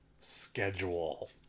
schedule